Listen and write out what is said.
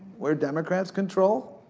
where democrats control,